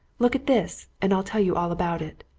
look at this and i'll tell you all about it.